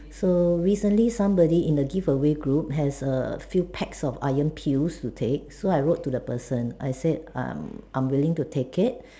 so recently somebody in the giveaway group has a few packs of Iron pills to take so I wrote to the person I said I'm I'm willing to take it